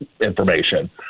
information